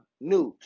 news